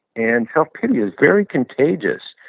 and self-pity is very contagious.